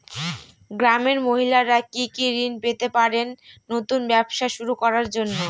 গ্রামের মহিলারা কি কি ঋণ পেতে পারেন নতুন ব্যবসা শুরু করার জন্য?